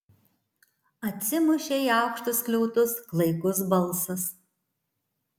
atsimušė į aukštus skliautus klaikus balsas